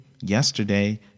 yesterday